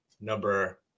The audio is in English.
number